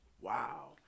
Wow